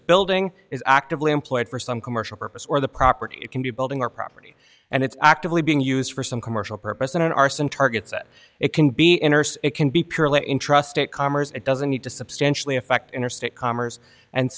building is actively employed for some commercial purpose or the property can be building or property and it's actively being used for some commercial purpose in an arson targets that it can be interests it can be purely in trust it commerce it doesn't need to substantially affect interstate commerce and